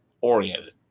oriented